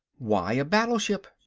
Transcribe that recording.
why a battleship?